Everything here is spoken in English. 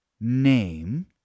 name